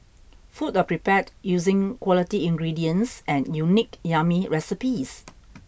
food are prepared using quality ingredients and unique yummy recipes